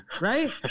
Right